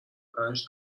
پنج